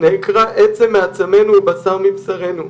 נעקרה עצם מעצמותנו ובשר מבשרנו,